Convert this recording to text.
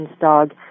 dog